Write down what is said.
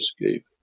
escape